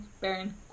Baron